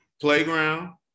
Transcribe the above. playground